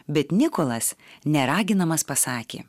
bet nikolas neraginamas pasakė